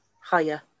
higher